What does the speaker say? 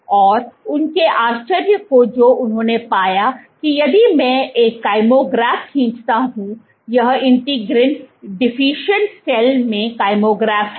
और उनके आश्चर्य को जो उन्होंने पाया की यदि मैं एक कायमोग्राफ खींचता हूं यह इंटीग्रिन डिफिशिएंट सेल में कायमोग्राफ है